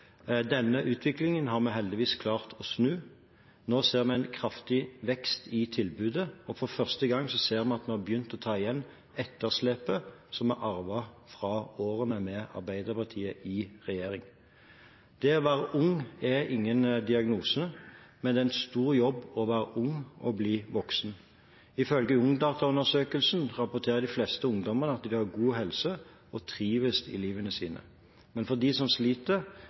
Denne utviklingen har vi heldigvis klart å snu. Nå ser vi en kraftig vekst i tilbudet, og for første gang ser vi at vi har begynt å ta igjen etterslepet som vi arvet fra årene med Arbeiderpartiet i regjering. Det å være ung er ingen diagnose, men det er en stor jobb å være ung og bli voksen. Ifølge Ungdataundersøkelsen rapporterer de fleste ungdommer at de har god helse, og at de trives i livet sitt. Men for dem som sliter,